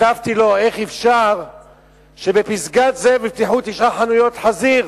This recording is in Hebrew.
וכתבתי לו: איך אפשר שבפסגת-זאב יפתחו תשע חנויות חזיר